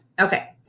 Okay